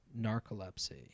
narcolepsy